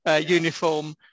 Uniform